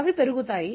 అవి పెరుగుతాయి